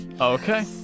Okay